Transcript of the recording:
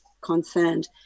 concerned